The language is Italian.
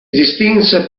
distinse